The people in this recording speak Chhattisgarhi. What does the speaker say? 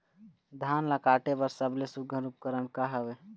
धान ला काटे बर सबले सुघ्घर उपकरण का हवए?